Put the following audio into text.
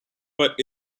but